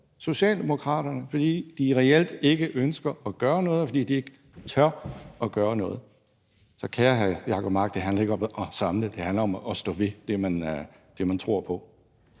Socialdemokraterne, fordi de reelt ikke ønsker at gøre noget, fordi de ikke tør at gøre noget. Så, kære hr. Jacob Mark, det handler ikke om at samle, det handler om at stå ved det, man tror på.